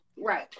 Right